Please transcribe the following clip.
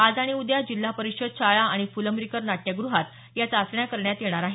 आज आणि उद्या जिल्हा परिषद शाळा आणि फुलंब्रीकर नाट्यग्रहात या चाचण्या करण्यात येणार आहेत